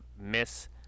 miss